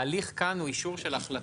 ההליך כאן הוא אישור של החלטה.